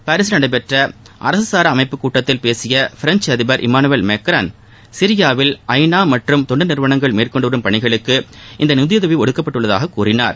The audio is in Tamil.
பாரீஸீல் நடைபெற்ற அரசுசாரா அமைப்பு கூட்டத்தில் பேசிய பிரெஞ்ச் அதிபர் இமானுவேல் மென்ரான் சிரியாவில் ஐநா மற்றும் தொண்டு நிறுவனங்கள் மேற்கொண்டு வரும் பணிகளுக்கு இந்த நிதியுதவி ஒதுக்கப்பட்டுள்ளதாக கூறினார்